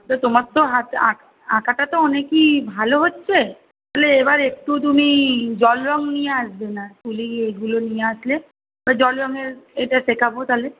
ওটা তোমার তো হাতে আঁক আঁকাটা তো অনেকেই ভালো হচ্ছে তাহলে এবার একটু তুমি জল রঙ নিয়ে আসবে না তুলি ওইগুলো নিয়ে আসলে ওই জল রঙের এটা শেখাবো তাহলে